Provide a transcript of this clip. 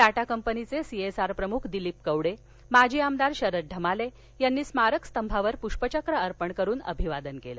टाटा कंपनीचे सीएसआर प्रमुख दिलीप कवडे माजी आमदार शरद ढमाले यांनी स्मारक स्तंभावर पुष्पचक्र अर्पण करून अभिवादन केलं